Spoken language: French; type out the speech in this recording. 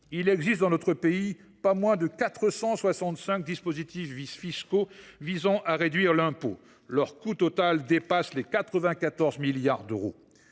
dénombre dans notre pays pas moins de 465 dispositifs fiscaux visant à réduire l’impôt, dont le coût total dépasse les 94 milliards d’euros.